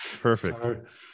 perfect